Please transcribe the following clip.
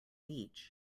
beach